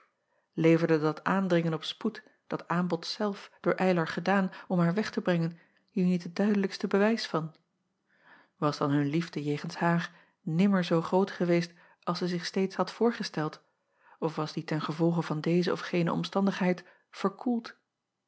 everde dat aandringen op spoed dat aanbod zelf door ylar gedaan om haar weg te brengen hier niet het duidelijkste bewijs van as dan hun liefde jegens haar nimmer zoo groot geweest als zij zich steeds had voorgesteld of was die ten gevolge van deze of gene omstandigheid verkoeld